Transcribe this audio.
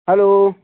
hello